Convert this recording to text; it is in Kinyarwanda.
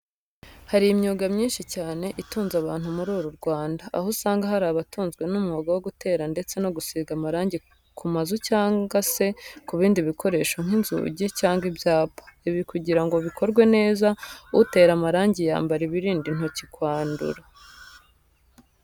Hari imyuga myinshi cyane itunze abantu muri uru Rwanda, aho usanga hari abatunzwe n'umwuga wo gutera ndetse no gusiga amarangi ku mazu cyangwa se ku bindi bikoresho nk'inzujyi cyangwa ibyapa. Ibi kugira ngo bikorwe neza utera amarangi yambara ibirinda intoki kwandura.